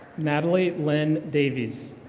natalie lynn davies.